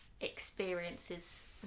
experiences